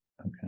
okay